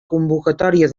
convocatòria